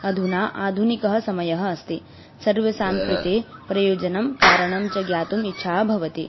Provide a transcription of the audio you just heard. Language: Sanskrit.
अधुना आधुनिकः समयः अस्ति सर्वेषां कृते प्रयोजनं कारणं च ज्ञातुम् इच्छा भवति